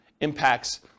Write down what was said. impacts